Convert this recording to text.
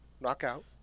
Knockout